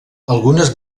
algunes